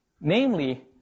namely